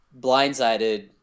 blindsided